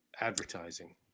advertising